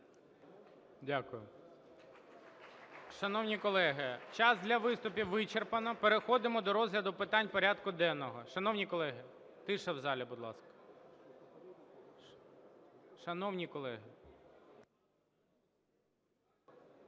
Дякую. Шановні колеги, час для виступів вичерпано. Переходимо до розгляду питань порядку денного. Шановні колеги, тиша в залі, будь ласка. Шановні колеги…